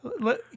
Let